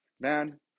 man